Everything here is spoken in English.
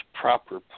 proper